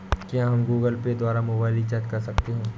क्या हम Google Pay द्वारा मोबाइल रिचार्ज कर सकते हैं?